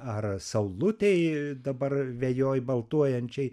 ar saulutei dabar vejoj baltuojančiai